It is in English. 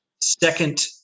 second